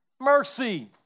mercy